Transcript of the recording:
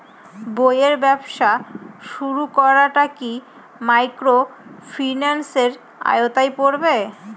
বইয়ের ব্যবসা শুরু করাটা কি মাইক্রোফিন্যান্সের আওতায় পড়বে?